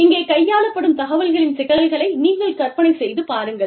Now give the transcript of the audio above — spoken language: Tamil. இங்கே கையாளப்படும் தகவல்களின் சிக்கலை நீங்கள் கற்பனை செய்து பாருங்கள்